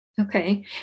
Okay